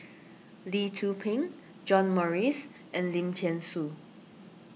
Lee Tzu Pheng John Morrice and Lim thean Soo